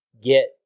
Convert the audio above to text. get